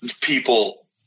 people